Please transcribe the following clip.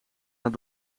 haar